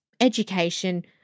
education